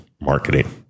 marketing